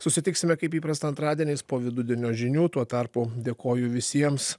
susitiksime kaip įprasta antradieniais po vidudienio žinių tuo tarpu dėkoju visiems